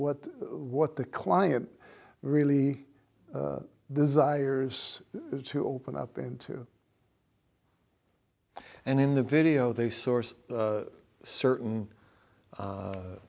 what what the client really desires to open up into and in the video they source certain